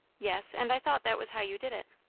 yes, and i thought that was how you did it.